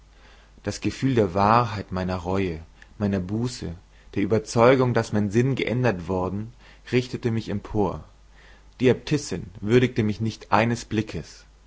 das gefühl der wahrheit meiner reue meiner buße der überzeugung daß mein sinn geändert worden richtete mich empor die äbtissin würdigte mich nicht eines blickes